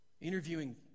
Interviewing